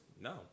No